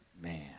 Man